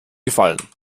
gefallen